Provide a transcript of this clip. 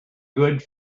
good